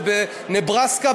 ובנברסקה,